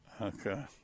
Okay